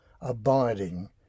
abiding